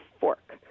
fork